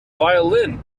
violin